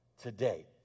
today